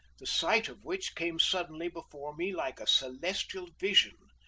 the sight of which came suddenly before me like a celestial vision.